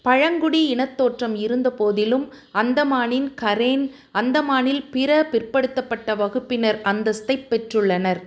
பழங்குடி இனத் தோற்றம் இருந்தபோதிலும் அந்தமானின் கரேன் அந்தமானில் பிற பிற்படுத்தப்பட்ட வகுப்பினர் அந்தஸ்தைப் பெற்றுள்ளனர்